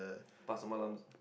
pasar malam